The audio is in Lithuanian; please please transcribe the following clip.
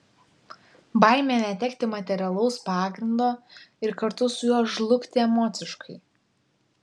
baimė netekti materialaus pagrindo ir kartu su juo žlugti emociškai